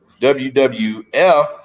WWF